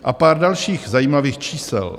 A pár dalších zajímavých čísel.